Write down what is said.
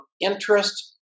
interest